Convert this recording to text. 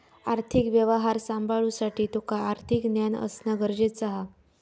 आर्थिक व्यवहार सांभाळुसाठी तुका आर्थिक ज्ञान असणा गरजेचा हा